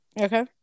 Okay